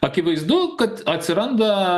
akivaizdu kad atsiranda